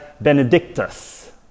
Benedictus